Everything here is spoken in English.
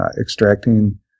extracting